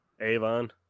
Avon